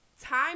time